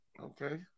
Okay